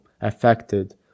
affected